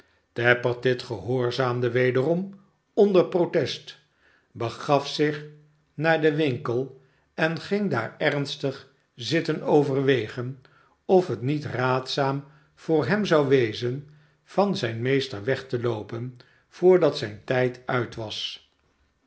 tappertit gehoorzaamde wederom onder protest begaf zich naar den winkel en ging daar ernstig zitten overwegen of het niet raadzaam voor hem zou wezen van zijn meester weg te loopen voordat zijn tijd uit was